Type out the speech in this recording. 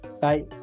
Bye